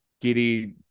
Giddy